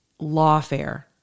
lawfare